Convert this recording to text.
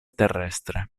terrestre